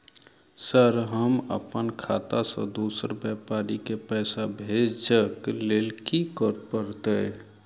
Sir हम अप्पन खाता सऽ दोसर व्यापारी केँ पैसा भेजक लेल की करऽ पड़तै?